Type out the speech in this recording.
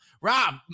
Rob